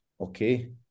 okay